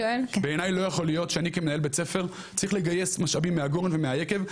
לא יכול להיות שאני כמנהל בית ספר צריך לגייס משאבים מהגורן ומהיקב,